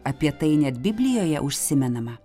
apie tai net biblijoje užsimenama